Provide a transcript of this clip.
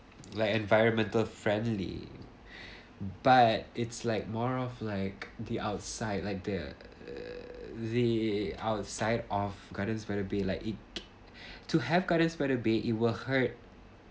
like environmental friendly but it's like more of like the outside like the uh the outside of Gardens by the Bay like it to have Gardens by the Bay it will hurt